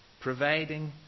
providing